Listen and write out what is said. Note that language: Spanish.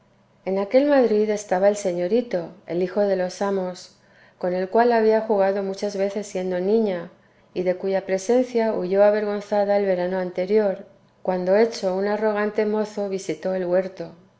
en aquel madrid estaba el señorito el hijo de los amos con el cual había jugado muchas veces siendo niña y de cuya presencia huyó avergonzada el verano anterior cuando hecho un arrogante mozo visitó el huerto